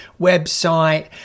website